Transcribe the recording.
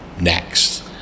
next